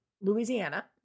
Louisiana